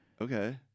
Okay